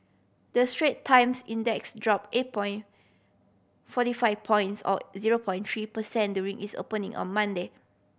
the Strait Times Index drop eight point forty five points or zero point three per cent during its opening on Monday